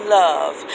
love